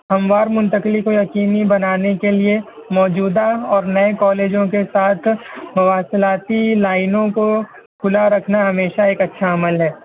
ہموار منتقلی کو یقینی بنانے کے لیے موجودہ اور نئے کالجوں کے ساتھ مواصلاتی لائنوں کو کھلا رکھنا ہمیشہ ایک اچھا عمل ہے